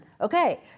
Okay